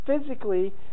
physically